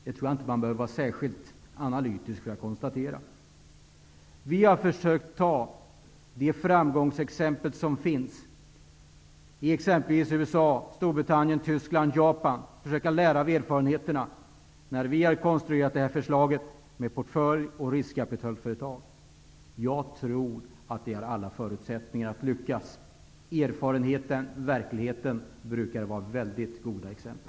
Jag tror inte att man behöver vara särskilt analytisk för att konstatera det. Vi har försökt ta de framgångsexempel som finns -- Japan -- och lära av erfarenheterna där när vi har konstruerat det här förslaget med portfölj och riskkapitalföretag. Jag tror att vi har alla förutsättningar att lyckas. Erfarenheten och verkligheten brukar vara väldigt goda exempel.